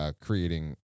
Creating